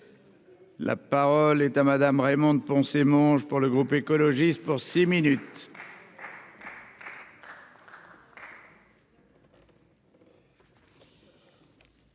La parole est à Madame Raymonde Poncet mange pour le groupe écologiste pour six minutes.